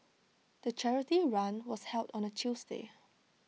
the charity run was held on A Tuesday